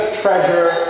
treasure